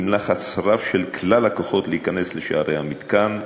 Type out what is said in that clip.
לחץ רב של כלל הכוחות להיכנס לשערי המתקן,